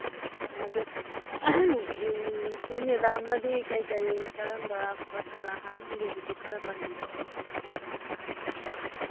ꯑꯥ ꯑꯗꯨ ꯁꯣꯝ ꯃꯦꯗꯥꯝꯅꯗꯤ ꯀꯔꯤ ꯀꯔꯤ ꯀꯔꯝꯕ ꯑꯐꯕ ꯊꯧꯔꯥꯡ ꯍꯥꯞꯅꯤꯡꯒꯦꯗꯨꯁꯨ ꯈꯔ ꯄꯟꯕꯤꯔꯛꯎꯅꯦ ꯑꯩꯁꯨ ꯑꯗꯨꯝ ꯈꯪꯒꯦ